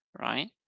right